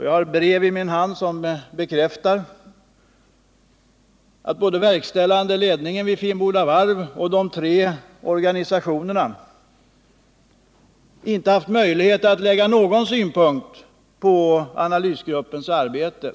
Jag har ett brev i min hand som bekräftar att varken verkställande ledningen vid Finnboda varv eller de tre organisationerna haft möjlighet att framföra någon synpunkt på analysgruppens arbete.